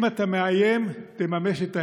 אם אתה מאיים, תממש את האיום,